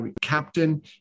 captain